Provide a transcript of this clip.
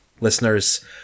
listeners